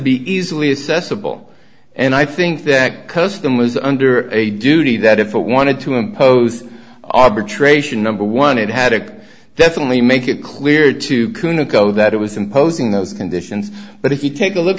be easily assessable and i think that custom was under a duty that if it wanted to impose arbitration number one it had it definitely make it clear to couldn't go that it was imposing those conditions but if you take a look